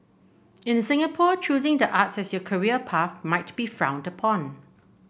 in Singapore choosing the arts as your career path might be frowned upon